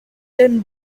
den